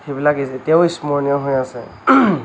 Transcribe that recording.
সেইবিলাক এতিয়াও স্মৰণীয় হৈ আছে